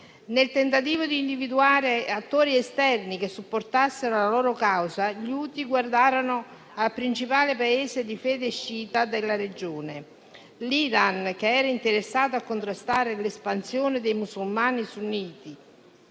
Nel tentativo di individuare attori esterni che supportassero la loro causa, gli Houthi guardarono al principale Paese di fede sciita della regione, l'Iran, che era interessato a contrastare l'espansione dei musulmani sunniti